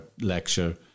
lecture